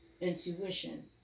intuition